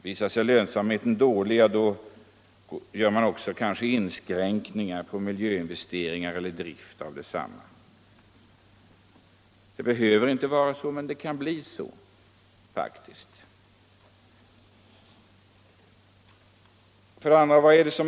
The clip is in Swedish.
Visar sig lönsamheten dålig gör man kanske inskränkningar på miljöinvesteringar eller drift av desamma. Det behöver inte vara så, men det kan faktiskt bli så.